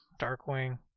Darkwing